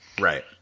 Right